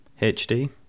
HD